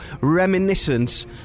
reminiscence